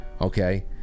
Okay